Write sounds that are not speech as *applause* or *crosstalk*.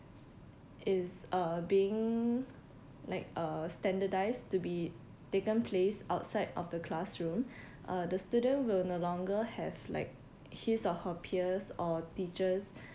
is uh being like uh standardised to be taken place outside of the classroom *breath* uh the students will no longer have like his or her peers or teachers